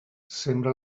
sembra